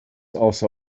also